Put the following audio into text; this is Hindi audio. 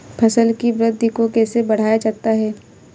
फसल की वृद्धि को कैसे बढ़ाया जाता हैं?